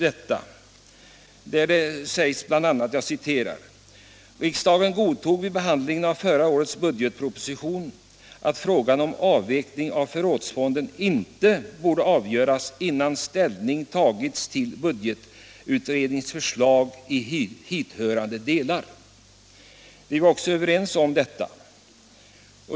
Där sägs bl.a.: ”Riksdagen godtog vid behandlingen av förra årets budgetproposition att frågan om avveckling av förrådsfonden inte borde avgöras innan ställning tagits till budgetutredningens förslag i hithörande delar.” Vi var också överens om detta.